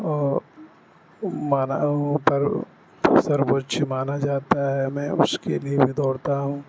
مانا پر سرووچیہ مانا جاتا ہے میں اس کے لیے بھی دوڑتا ہوں